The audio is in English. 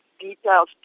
details